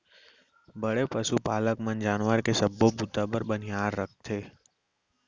बड़े पसु पालक मन जानवर के सबो बूता बर बनिहार राखथें